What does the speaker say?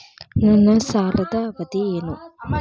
ನನ್ನ ಸಾಲದ ಅವಧಿ ಏನು?